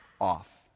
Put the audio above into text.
off